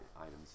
items